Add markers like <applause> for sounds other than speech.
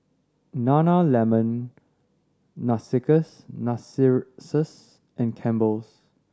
Nana Lemon <unintelligible> Narcissus and Campbell's